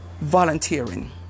volunteering